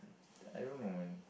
I don't know